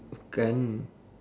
bukan